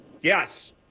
yes